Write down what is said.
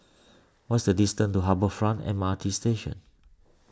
what is the distance to Harbour Front M R T Station